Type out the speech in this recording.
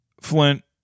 flint